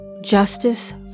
justice